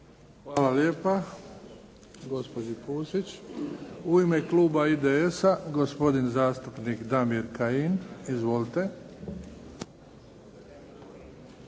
Hvala lijepa gospođi Pusić. U ime kluba IDS-a, gospodin zastupnik Damir Kajin. Izvolite.